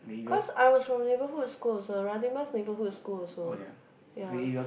cause I was from neighbourhood school also Radin Mas neighbourhood school also ya